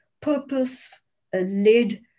purpose-led